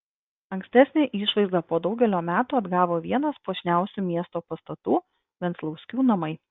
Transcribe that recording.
ankstesnę išvaizdą po daugelio metų atgavo vienas puošniausių miesto pastatų venclauskių namai